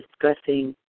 discussing